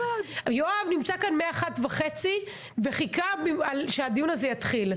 יואב נמצא כאן מ-13:30 וחיכה שהדיון הזה יתחיל,